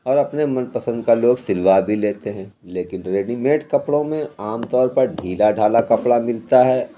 اور اپنے من پسند کا لوگ سلوا بھی لیتے ہیں لیکن ریڈی میٹ کپڑوں میں عام طور پر ڈھیلا ڈھالا کپڑا ملتا ہے